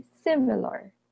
similar